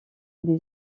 des